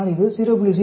ஆனால் இது 0